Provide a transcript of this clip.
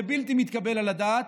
זה בלתי מתקבל על הדעת.